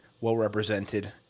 well-represented